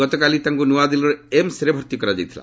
ଗତକାଲି ତାଙ୍କୁ ନୂଆଦିଲ୍ଲୀର ଏମ୍ବରେ ଭର୍ତ୍ତି କରାଯାଇଥିଲା